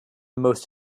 most